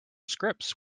scripts